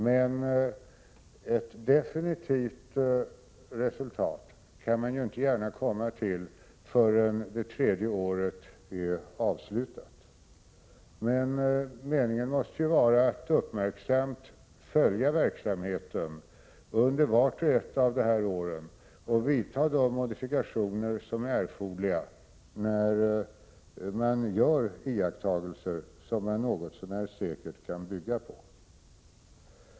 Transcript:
Men ett definitivt resultat kan man ju inte gärna komma till förrän det tredje året är avslutat. Meningen måste vara att uppmärksamt följa verksamheten under vart och ett av de här åren och vidta de modifikationer som är erforderliga efter gjorda iakttagelser som man något så när säkert kan bygga på.